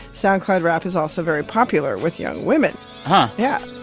soundcloud rap is also very popular with young women. but yeah